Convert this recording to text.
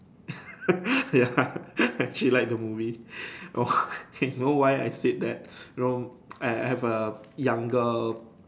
ya she like the movie you know why I said that you know I have a younger